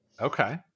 Okay